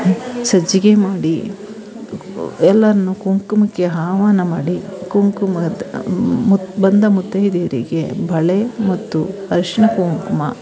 ಸಜ್ಜಿಗೆ ಮಾಡಿ ಎಲ್ಲರನ್ನೂ ಕುಂಕುಮಕ್ಕೆ ಆಹ್ವಾನ ಮಾಡಿ ಕುಂಕುಮದ ಮು ಬಂದ ಮುತ್ತೈದೆಯರಿಗೆ ಬಳೆ ಮತ್ತು ಅರಶಿಣ ಕುಂಕುಮ